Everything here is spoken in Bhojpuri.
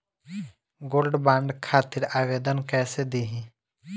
गोल्डबॉन्ड खातिर आवेदन कैसे दिही?